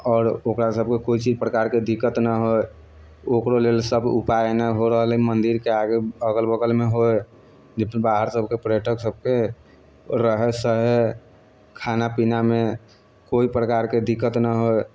आओर ओकरा सभके कोइ चीज प्रकारके दिक्कत नहि होइ ओकरो लेल सभ उपाय एने हो रहल है मन्दिरके आगे अगल बगलमे होइ जब कि बाहर सभके पर्यटक सभके रहै सहै खाना पीनामे कोइ प्रकारके दिक्कत नहि होइ